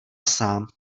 sám